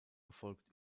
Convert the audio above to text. erfolgt